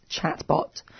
chatbot